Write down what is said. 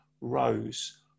rose